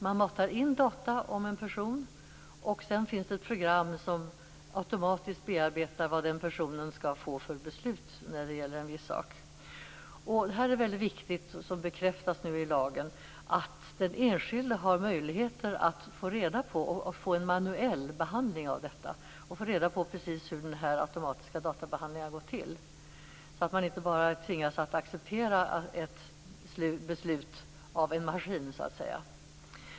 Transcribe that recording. Man matar in data om en person, sedan finns det ett program som automatiskt bearbetar vad den personen skall få för beslut när det gäller en viss sak. Här är det mycket viktigt, vilket bekräftas i lagen, att den enskilde har möjlighet att få en manuell behandling och få reda på precis hur den automatiska databehandlingen har gått till, så att man inte bara tvingas att acceptera ett beslut av en maskin så att säga.